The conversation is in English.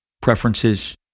preferences